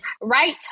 right